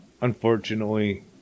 unfortunately